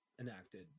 enacted